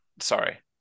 Sorry